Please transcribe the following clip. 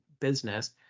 business